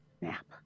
nap